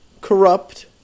corrupt